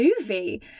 movie